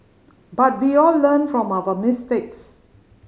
but we all learn from our mistakes